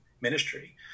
ministry